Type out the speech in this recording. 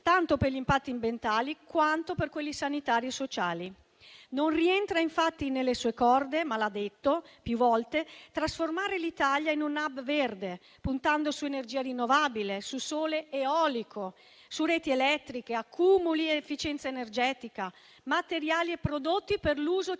tanto per gli impatti ambientali, quanto per quelli sanitari e sociali. Non rientra infatti nelle sue corde - l'ha detto più volte - trasformare l'Italia in un *hub* verde, puntando su energia rinnovabile, su sole ed eolico, su reti elettriche, accumuli ed efficienza energetica, materiali e prodotti per l'uso circolare,